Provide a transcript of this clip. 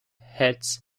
hit